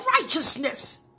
righteousness